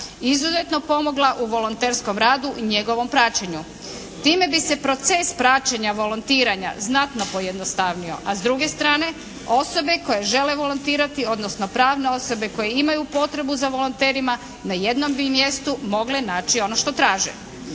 izuzetno pomogla u volonterskom radu i njegovom praćenju. Time bi se proces praćenja volontiranja znatno pojednostavnio a s druge strane osobe koje žele volontirati odnosno pravne osobe koje imaju potrebu za volonterima na jednom bi mjestu mogle naći ono što traže.